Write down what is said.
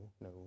no